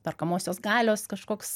perkamosios galios kažkoks